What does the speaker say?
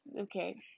Okay